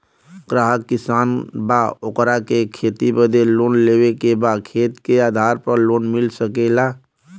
ग्राहक किसान बा ओकरा के खेती बदे लोन लेवे के बा खेत के आधार पर लोन मिल सके ला?